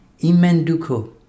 imenduko